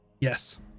Yes